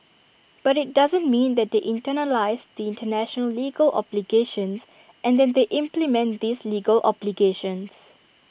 but IT doesn't mean that they internalise the International legal obligations and that they implement these legal obligations